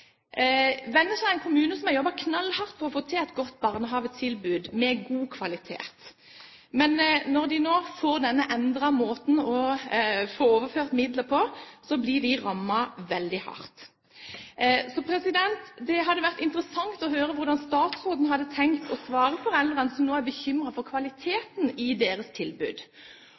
er en kommune som har jobbet knallhardt for å få til et barnehagetilbud av god kvalitet. Når de nå får denne endrede måten å få overført midler på, blir de rammet veldig hardt. Så det hadde vært interessant å høre hvordan statsråden har tenkt å svare de foreldrene som nå er bekymret for kvaliteten i deres tilbud.